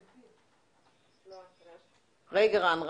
רגע, רן.